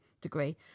degree